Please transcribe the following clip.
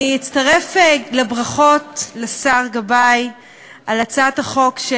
אני אצטרף לברכות לשר גבאי על הצעת החוק,